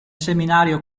seminario